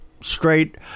straight